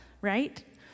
right